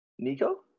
Nico